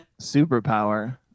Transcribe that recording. superpower